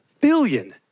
billion